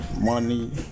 money